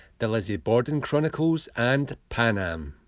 the lizzie borden chronicles and pan am.